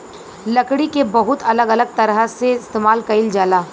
लकड़ी के बहुत अलग अलग तरह से इस्तेमाल कईल जाला